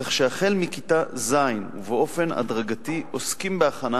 כך שהחל מכיתה ז' ובאופן הדרגתי עוסקים בהכנה